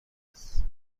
است